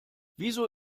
wieso